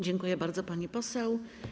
Dziękuję bardzo, pani poseł.